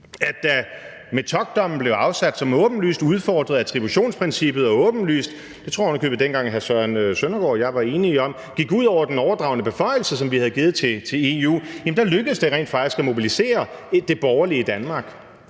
Og da Metockdommen – som åbenlyst udfordrede attributionsprincippet, og som åbenlyst, det tror jeg ovenikøbet hr. Søren Søndergaard og jeg dengang var enige om, gik ud over den overdragne beføjelse, som vi havde givet til EU – blev afsagt, lykkedes det rent faktisk at mobilisere det borgerlige Danmark.